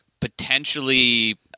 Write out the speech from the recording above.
potentially